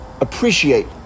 appreciate